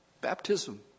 Baptism